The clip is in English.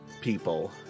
people